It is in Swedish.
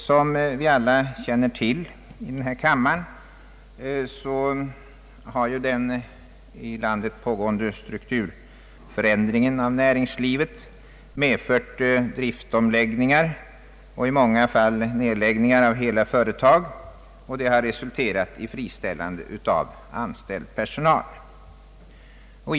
Som vi alla här i kammaren känner till har den pågående strukturförändringen av näringslivet medfört driftomläggningar och i många fall nedläggningar av hela företag, och det har resulterat i att anställd personal friställts.